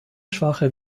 schwachen